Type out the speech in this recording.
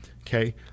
okay